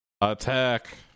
Attack